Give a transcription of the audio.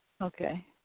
Okay